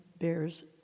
bears